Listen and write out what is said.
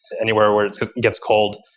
anywhere where it gets cold,